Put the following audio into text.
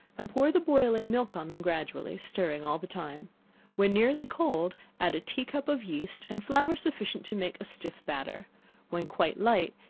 and pour the boiling milk on them gradually, stirring all the time when nearly cold, add a tea-cup of yeast, and flour sufficient to make a stiff batter when quite light,